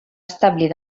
establir